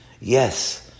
Yes